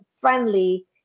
friendly